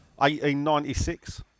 1896